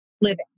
living